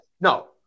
No